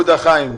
יהודה חיים.